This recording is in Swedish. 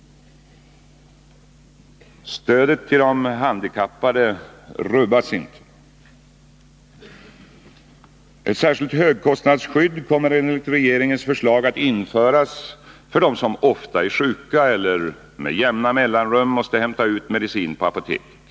Stödet till de handikappade rubbas inte. Ett särskilt högkostnadsskydd kommer enligt regeringens förslag att införas för dem som ofta är sjuka eller med jämna mellanrum måste hämta ut medicin på apoteket.